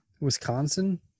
Wisconsin